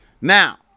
now